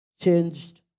changed